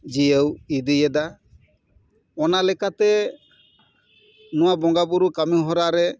ᱡᱤᱭᱟᱹᱣ ᱤᱫᱤᱭᱮᱫᱟ ᱚᱱᱟᱞᱮᱠᱟᱛᱮ ᱱᱚᱣᱟ ᱵᱚᱸᱜᱟ ᱵᱳᱨᱳ ᱠᱟᱹᱢᱤ ᱦᱚᱨᱟ ᱨᱮ